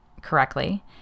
correctly